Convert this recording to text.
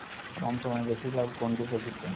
কম সময়ে বেশি লাভ কোন ডিপোজিটে?